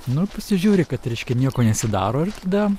nu ir pasižiūri kad reiškia nieko nesidaro ir tada